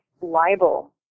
libel